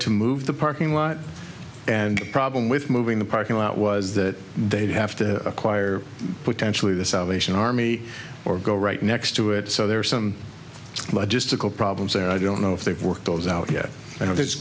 to move the parking lot and the problem with moving the parking lot was that they'd have to acquire potentially the salvation army or go right next to it so there are some logistical problems there i don't know if they've worked it was out yet and i